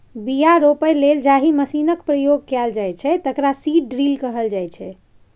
बीया रोपय लेल जाहि मशीनक प्रयोग कएल जाइ छै तकरा सीड ड्रील कहल जाइ छै